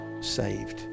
saved